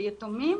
ביתומים,